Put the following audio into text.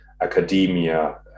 academia